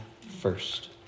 first